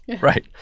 Right